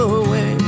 away